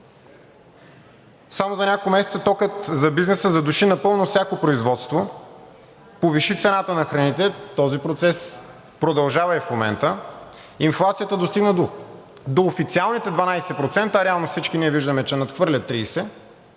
Само за няколко месеца токът за бизнеса задуши напълно всяко производство, повиши цената на храните – този процес продължава и в момента, инфлацията достигна до официалните 12%, а реално всички ние виждаме, че надхвърля 30,